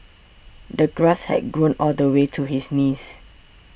the grass had grown all the way to his knees